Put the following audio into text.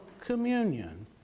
communion